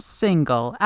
single